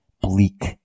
bleak